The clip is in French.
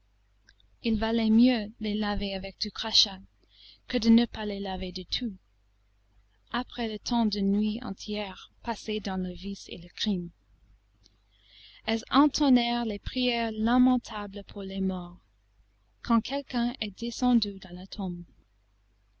il valait mieux les laver avec du crachat que de ne pas les laver du tout après le temps d'une nuit entière passée dans le vice et le crime elles entonnèrent les prières lamentables pour les morts quand quelqu'un est descendu dans la tombe